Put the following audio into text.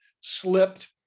slipped